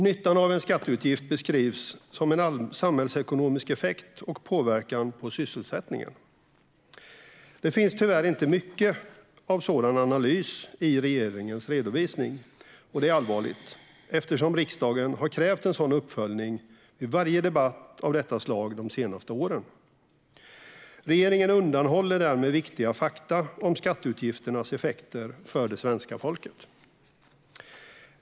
Nyttan av en skatteutgift beskrivs som en samhällsekonomisk effekt och påverkan på sysselsättningen. Det finns tyvärr inte mycket av sådan analys i regeringens redovisning. Det är allvarligt eftersom riksdagen har krävt en sådan uppföljning vid varje debatt av detta slag de senaste åren. Regeringen undanhåller därmed viktiga fakta om skatteutgifternas effekter för det svenska folket.